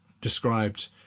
described